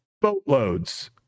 boatloads